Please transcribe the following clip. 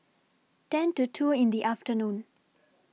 ten to two in The afternoon